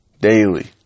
Daily